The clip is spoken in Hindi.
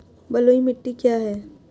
बलुई मिट्टी क्या है?